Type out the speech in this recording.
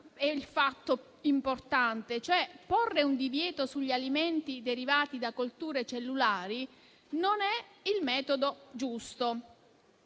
è il fatto importante. Porre un divieto sugli alimenti derivati da colture cellulari non è il metodo giusto.